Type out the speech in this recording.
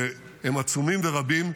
שהם עצומים ורבים.